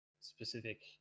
specific